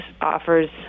offers